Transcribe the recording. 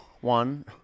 One